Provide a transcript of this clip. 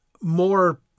more